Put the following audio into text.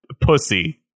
pussy